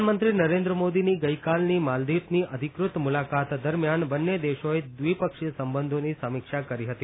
પ્રધાનમંત્રી નરેન્દ્ર મોદીની ગઇકાલની માલદિવની અધિકૃત મુલાકાત દરમિયાન બંને દેશોએ દ્વિપક્ષી સંબંધોની સમીક્ષા કરી હતી